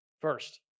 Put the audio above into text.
First